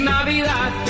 Navidad